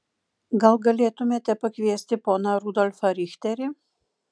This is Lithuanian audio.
gal galėtumėte pakviesti poną rudolfą richterį